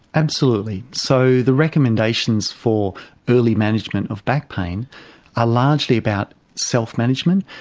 absolutely. so the recommendations for early management of back pain are largely about self-management,